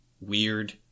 weird